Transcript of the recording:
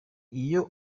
iyo